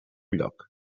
lloc